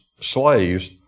slaves